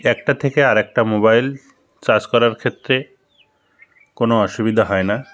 একটা থেকে আরেকটা মোবাইল চার্জ করার ক্ষেত্রে কোনো অসুবিধা হয় না